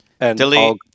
Delete